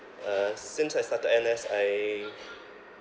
uh since I started N_S I